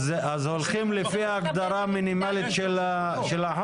הערה אחת זה הערה שקיבלתי מהתאחדות המלונות בישראל,